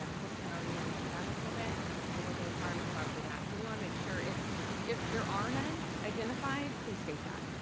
um kristen already went into that a little bit and what the requirement are for that. we wanna make sure if if there are none identified, please state that.